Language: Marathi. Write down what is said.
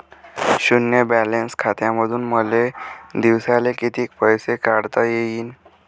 शुन्य बॅलन्स खात्यामंधून मले दिवसाले कितीक पैसे काढता येईन?